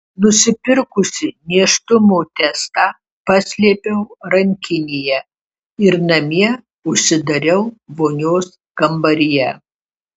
nusipirkusi nėštumo testą paslėpiau rankinėje ir namie užsidariau vonios kambaryje